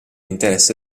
interesse